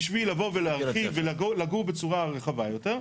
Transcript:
14 קומות,